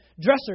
dresser